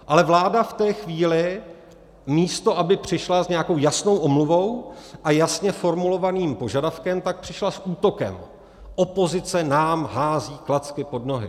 Ale vláda v té chvíli, místo aby přišla s nějakou jasnou omluvou a jasně formulovaným požadavkem, tak přišla s útokem: Opozice nám hází klacky pod nohy!